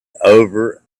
over